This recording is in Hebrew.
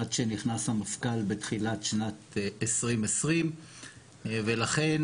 עד שנכנס המפכ"ל בתחילת שנת 2020. ולכן